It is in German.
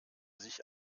sich